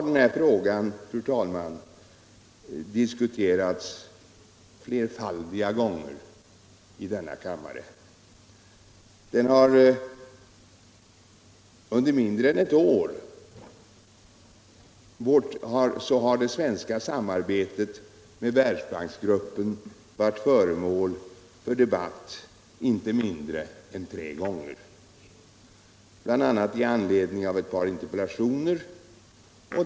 Den här frågan har, fru talman, diskuterats flerfaldiga gånger här i kammaren. Under mindre än et år har det svenska samarbetet med Världsbanksgruppen varit föremål för debatt inte mindre än tre gånger, bl.a. med anledning av ett par interpellationer.